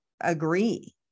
agree